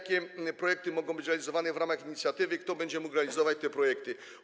Jakie projekty mogą być realizowane w ramach inicjatywy i kto będzie mógł realizować te projekty?